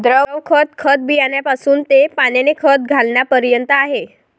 द्रव खत, खत बियाण्यापासून ते पाण्याने खत घालण्यापर्यंत आहे